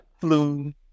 flu